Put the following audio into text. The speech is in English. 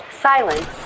silence